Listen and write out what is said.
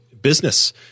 business